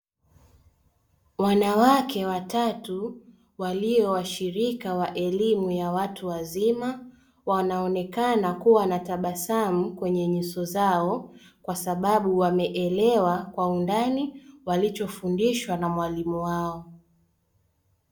Wanawake watatu waliowashirika wa elimu ya watu wazima, wanaonekana kuwa na tabasamu kwenye nyuso zao kwa sababu wamelewa kwa undani walichofundishwa na mwalimu wao.